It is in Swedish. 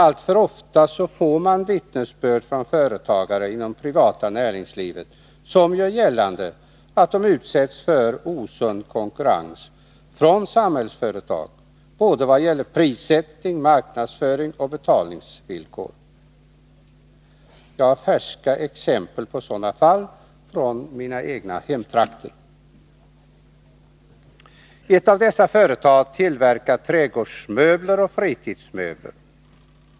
Alltför ofta får man vittnesbörd från företagare inom det privata näringslivet som gör gällande att de utsätts för osund konkurrens från Samhällsföretag både vad gäller prissättning, marknadsföring och betalningsvillkor. Jag har färska exempel på sådana fall från mina hemtrakter. Ett av dessa företag tillverkar trädgårdsmöbler och fritidsmöbler.